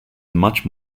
much